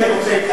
בעד, 17,